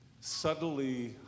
subtly